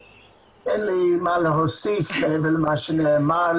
אין לי מה להוסיף מעבר למה שנאמר.